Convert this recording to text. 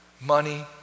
money